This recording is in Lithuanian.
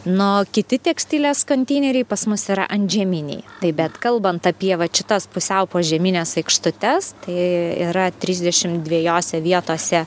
nu o kiti tekstilės konteineriai pas mus yra antžeminiai taip bet kalbant apie vat šitas pusiau požemines aikštutes tai yra trisdešimt dviejose vietose